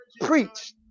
Preach